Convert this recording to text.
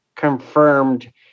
confirmed